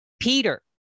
Peter